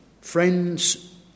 Friends